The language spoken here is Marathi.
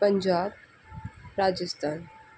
पंजाब राजस्थान